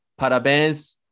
Parabéns